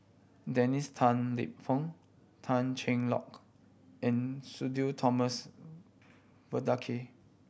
Dennis Tan Lip Fong Tan Cheng Lock and Sudhir Thomas Vadaketh